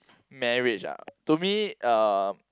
marriage ah to me uh